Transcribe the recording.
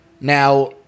Now